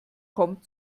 kommt